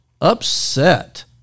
upset